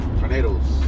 tornadoes